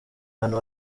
abantu